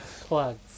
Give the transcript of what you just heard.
plugs